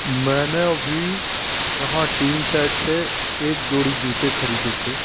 मैंने अभी यहाँ टीन शैड से एक जोड़ी जूते ख़रीदे थे